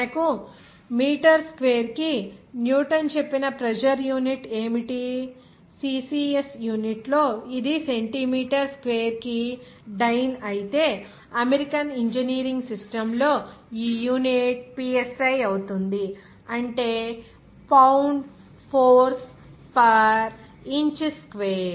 మనకు metre square కి newton చెప్పిన ప్రెజర్ యూనిట్ ఏమిటి CCS యూనిట్లో ఇది సెంటీమీటర్ స్క్వేర్ కి డైన్ అయితే అమెరికన్ ఇంజనీరింగ్ సిస్టమ్ లో ఈ యూనిట్ psi అవుతుంది అంటే pound force per inch square